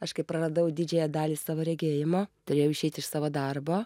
aš kaip praradau didžiąją dalį savo regėjimo turėjau išeit iš savo darbo